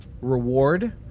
reward